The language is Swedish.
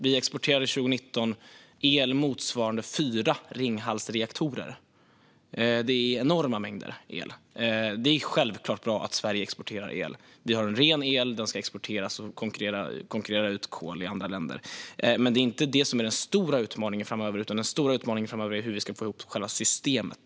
År 2019 exporterade vi el motsvarande fyra Ringhalsreaktorer. Det är enorma mängder el. Det är självklart bra att Sverige exporterar el. Vi har en ren el, och den ska exporteras och konkurrera ut kol i andra länder. Det är inte detta som är den stora utmaningen framöver, utan det är hur vi ska få ihop själva systemet.